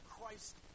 Christ